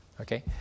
okay